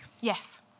Yes